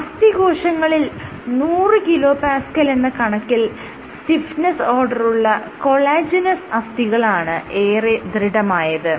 അസ്ഥി കോശങ്ങളിൽ 100 kPa എന്ന കണക്കിൽ സ്റ്റിഫ്നെസ്സ് ഓർഡറുള്ള കൊളാജെനസ് അസ്ഥികളാണ് ഏറെ ദൃഢമായത്